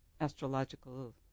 astrological